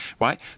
right